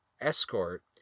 escort